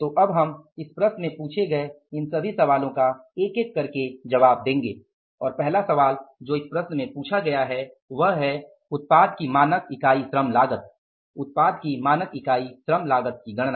तो अब हम इस प्रश्न में पूछे गए इन सभी सवालों का एक एक करके जवाब देंगे और पहला सवाल जो इस प्रश्न में पूछा गया है वह है उत्पाद की मानक इकाई श्रम लागत उत्पाद की मानक इकाई श्रम लागत की गणना